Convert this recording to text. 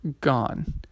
gone